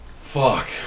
Fuck